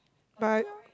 but